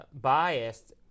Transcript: biased